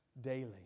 daily